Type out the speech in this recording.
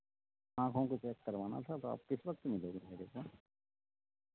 आँखों को टेस्ट करवाना था तो आप किस वक्त मिलेंगे सर